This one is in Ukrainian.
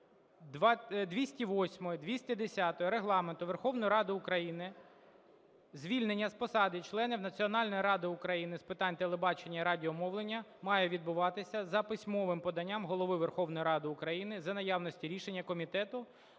до статті 208, 210 Регламенту Верховної Ради України звільнення з посади члена Національної ради України з питань телебачення і радіомовлення має відбуватися за письмовим поданням Голови Верховної Ради України за наявності рішення комітету,